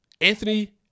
Anthony